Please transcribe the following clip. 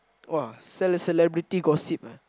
!wah! sell a celebrity gossip ah